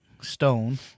stone